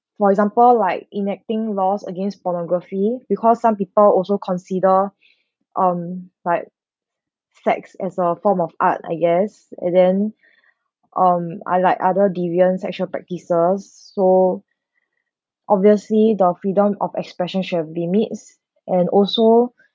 for example like enacting laws against pornography because some people also consider um like sex as a form of art I guess and then um unlike other deviant sexual practices so obviously the freedom of expression shall be meets and also